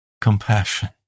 compassion